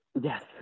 Yes